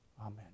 Amen